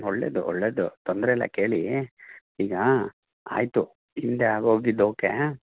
ಒಳ್ಳೆದು ಒಳ್ಳೆದು ತೊಂದರೆ ಇಲ್ಲ ಕೇಳಿ ಈಗ ಆಯ್ತು ಹಿಂದೆ ಆಗೋಗಿದ್ದು ಓಕೆ